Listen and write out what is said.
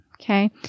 okay